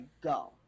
go